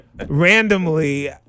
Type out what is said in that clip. Randomly